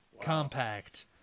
compact